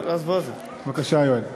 בבקשה, אדוני.